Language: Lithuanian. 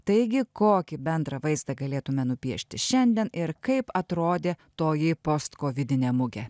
taigi kokį bendrą vaizdą galėtume nupiešti šiandien ir kaip atrodė toji postkovidinė mugė